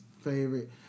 favorite